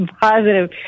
Positive